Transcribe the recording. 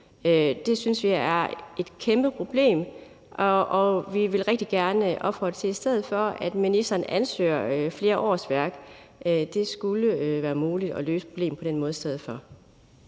Det synes vi er et kæmpe problem, og vi vil rigtig gerne opfordre til i stedet for, at ministeren ansøger flere årsværk. Det skulle være muligt at løse problemet på den måde i stedet for.